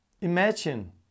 Imagine